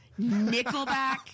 Nickelback